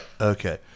Okay